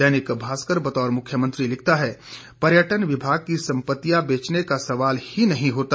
दैनिक भास्कर बतौर मुख्यमंत्री लिखता है पर्यटन विभाग की संपत्तियां बेचने का सवाल ही नहीं होता